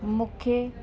मूंखे